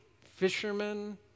fishermen